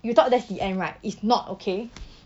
you thought that's the end right it's not okay